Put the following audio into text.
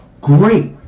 great